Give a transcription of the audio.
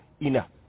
enough